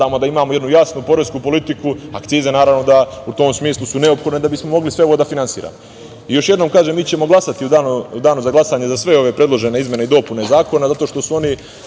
da imamo jednu jasnu poresku politiku, akcize naravno da su u tom smislu neophodne da bismo mogli sve ovo da finansiramo. Još jednom kažem, mi ćemo glasati u danu za glasanje za sve ove predložene izmene i dopune zakona, zato što su one